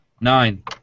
Nine